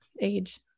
age